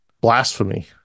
blasphemy